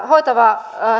hoitava